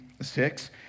Six